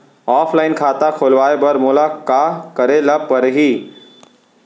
Offline खाता खोलवाय बर मोला का करे ल परही?